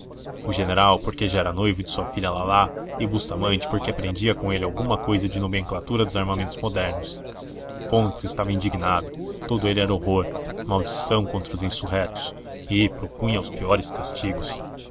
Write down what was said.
o general porque já era noivo de sua filha lalá e bustamante porque aprendia com ele alguma cousa de nomenclatura dos armamentos modernos fontes estava indignado todo ele era horror maldição contra os insurrectos e propunha os piores castigos